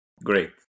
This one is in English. Great